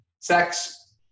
sex